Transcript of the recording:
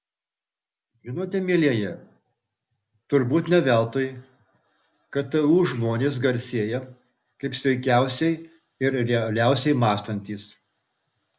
žinote mielieji turbūt ne veltui ktu žmonės garsėja kaip sveikiausiai ir realiausiai mąstantys